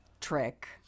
trick